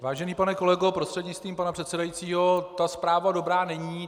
Vážený pane kolego prostřednictvím pana předsedajícího, ta zpráva dobrá není.